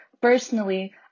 Personally